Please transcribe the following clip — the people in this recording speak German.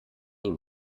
ihm